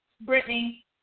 Brittany